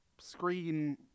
screen